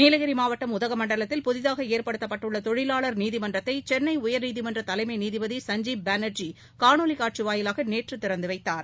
நீலகிரி மாவட்டம் உதகமண்டலத்தில் புதிதாக ஏற்படுத்தப்பட்டுள்ள தொழிலாளர் நீதிமன்றத்தை சென்னை உயர்நீதிமன்ற தலைமை நீதிபதி சஞ்சீப் பானர்ஜி காணொலிக் காட்சி வாயிவாக நேற்று திறந்து வைத்தார்